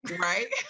Right